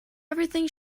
everything